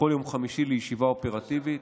בכל יום חמישי לישיבה אופרטיבית.